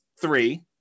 three